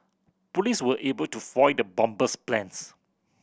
police were able to foil the bomber's plans